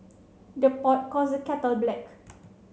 the pot calls the kettle black